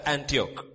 Antioch